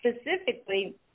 specifically